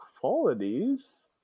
qualities